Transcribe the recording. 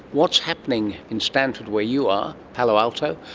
what's happening in stanford where you are, palo alto,